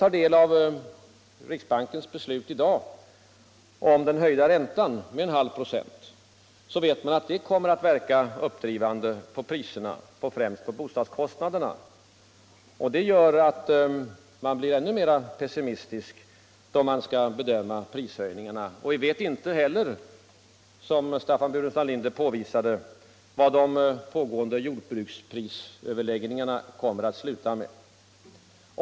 Riksbankens beslut i dag att höja räntan med 0,5 26 kommer att verka uppdrivande på priserna, främst bostadskostnaderna. Det gör att man blir ännu mera pessimistisk då man skall bedöma prishöjningarna. Vi vet heller inte, som Staffan Burenstam Linder påvisade, vad de pågående jordbruksprisöverläggningarna kommer att sluta med.